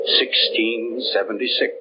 1676